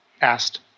asked